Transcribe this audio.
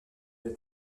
des